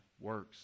works